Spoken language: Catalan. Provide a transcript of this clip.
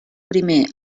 primer